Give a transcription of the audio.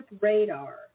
radar